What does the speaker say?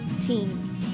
Team